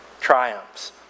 triumphs